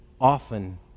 often